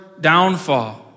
downfall